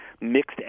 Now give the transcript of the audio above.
mixed